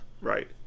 right